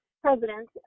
president